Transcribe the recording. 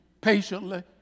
Patiently